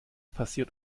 passiert